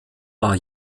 war